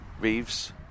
Reeves